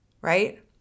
Right